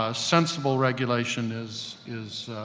ah sensible regulation is, is,